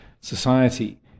society